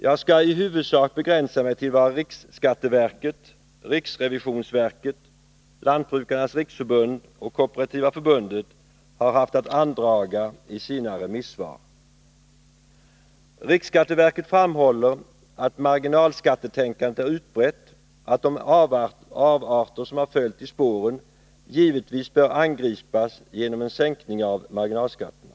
Jag skall i huvudsak begränsa mig till vad riksskatteverket, riksrevisionsverket, Lantbrukarnas riksförbund och Kooperativa förbundet har haft att andraga i sina remissvar. Riksskatteverket framhåller att marginalskattetänkandet är utbrett och att de avarter som har följt i spåren givetvis bör angripas genom en sänkning av marginalskatterna.